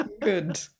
good